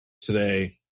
today